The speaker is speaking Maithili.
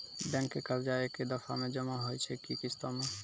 बैंक के कर्जा ऐकै दफ़ा मे जमा होय छै कि किस्तो मे?